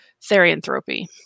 therianthropy